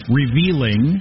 revealing